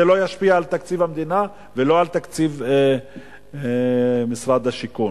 זה לא ישפיע על תקציב המדינה ולא על תקציב משרד השיכון.